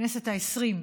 הכנסת העשרים,